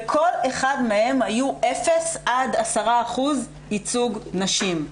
בכל אחד מהם היו 0 עד 10% ייצוג נשים.